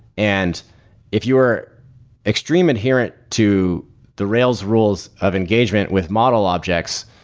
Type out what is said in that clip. and if you are extreme inherent to the rails rules of engagement with model objects,